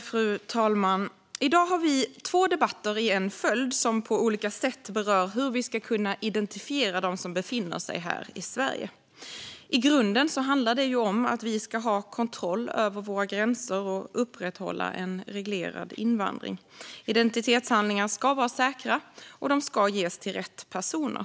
Fru talman! I dag har vi två debatter i följd som på olika sätt berör hur vi ska kunna identifiera dem som befinner sig här i Sverige. I grunden handlar det om att vi ska ha kontroll över våra gränser och upprätthålla en reglerad invandring. Identitetshandlingar ska vara säkra, och de ska ges till rätt personer.